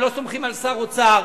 לא סומכים על שר אוצר,